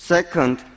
Second